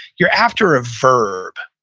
you're after a verb.